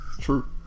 True